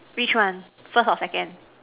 which one first or second